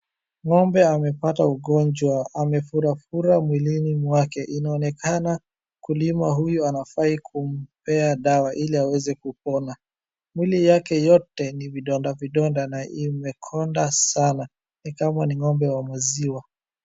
Ng'ombe amepata ugonjwa. Amefurafura mwilini wake. Inaonekana mkulima huyo anafai kumpea dawa ili aweze kupona. Mwili yake yote ni vidonda vidonda na imekonda sana. Ni kama ni ng'ombe wa maziwa.